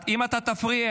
אם אתה תפריע,